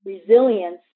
resilience